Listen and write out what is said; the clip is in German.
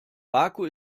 baku